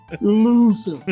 Loser